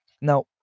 Now